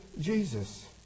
Jesus